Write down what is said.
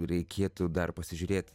reikėtų dar pasižiūrėt